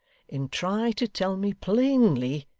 and try to tell me plainly,